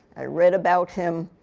i read about him.